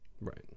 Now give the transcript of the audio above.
Right